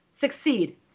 succeed